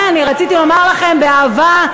רציתי לומר לכם באהבה,